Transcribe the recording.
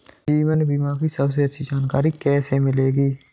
जीवन बीमा की सबसे अच्छी जानकारी कैसे मिलेगी?